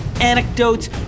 anecdotes